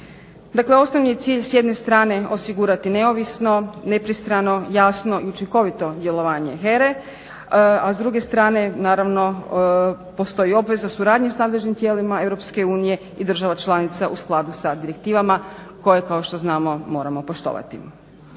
Dakle, osnovni je cilj s jedne strane osigurati neovisno, nepristrano, jasno i učinkovit djelovanje HERA-e, a s druge strane naravno postoji obveza suradnje s nadležnim tijelima Europske unije i država članica u skladu sa direktivama koje kao što znamo moramo poštovati.